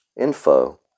info